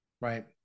Right